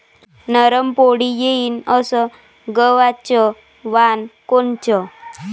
नरम पोळी येईन अस गवाचं वान कोनचं?